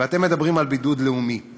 ואתם מדברים על בידוד בין-לאומי.